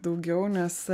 daugiau nes